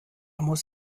muss